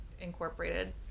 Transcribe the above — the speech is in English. incorporated